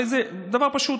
הרי זה דבר פשוט: